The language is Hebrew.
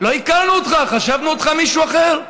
לא הכרנו אותך, חשבנו שאתה מישהו אחר,